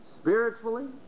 spiritually